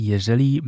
Jeżeli